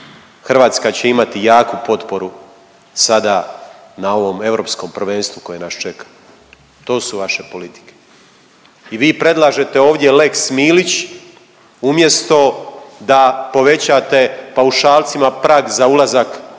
Hrvatska će imati jaku potporu sada na ovom europskom prvenstvu koje nas čeka. To su vaše politike. I vi predlažete ovdje lex Milić umjesto da povećate paušalcima prag za ulazak u